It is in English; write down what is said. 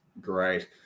Great